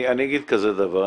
אני אגיד כזה דבר,